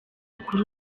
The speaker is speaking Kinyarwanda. kuri